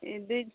ଏ ଦୁଇ